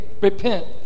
Repent